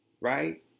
right